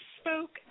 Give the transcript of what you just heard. spoke